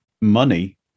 money